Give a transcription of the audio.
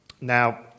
Now